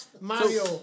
Mario